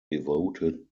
devoted